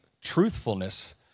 truthfulness